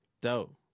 Dope